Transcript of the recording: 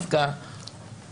אני בעד הפקעה.